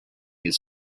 his